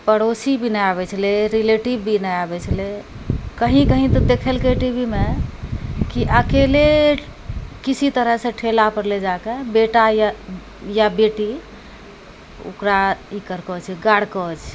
पड़ोसी भी नहि आबै छलै रिलेटिव भी नहि आबै छलै कहीँ कहीँ तऽ देखेलकै टीवीमे कि अकेले किसी तरहसँ ठेलापर लऽ जाकऽ बेटा या बेटी ओकरा ई करऽ कहै छै गारकऽ छै